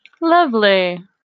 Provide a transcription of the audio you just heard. Lovely